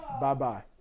Bye-bye